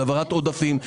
זה העברת עודפים.